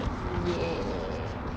ya